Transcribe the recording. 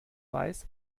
weiß